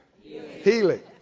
Healing